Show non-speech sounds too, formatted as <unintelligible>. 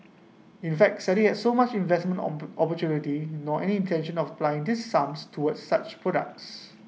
in fact Sally had so such investment <unintelligible> opportunity nor any intention of applying these sums towards such products